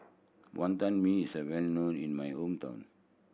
Wonton Mee is well known in my hometown